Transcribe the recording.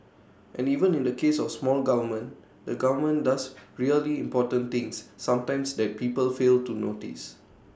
and even in the case of small government the government does really important things sometimes that people fail to notice